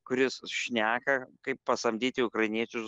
kuris šneka kaip pasamdyti ukrainiečius